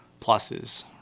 pluses